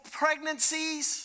pregnancies